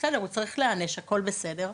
הוא צריך להיענש הכל בסדר,